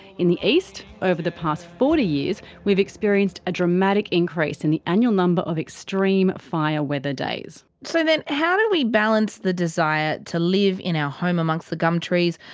in the east, over the past forty years we've experienced a dramatic increase in the annual number of extreme fire weather days. so how do we balance the desire to live in our home among so the gumtrees,